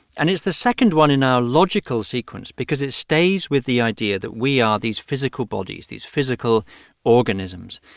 and it's the second one in our logical sequence because it stays with the idea that we are these physical bodies, these physical organisms.